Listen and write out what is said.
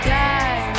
die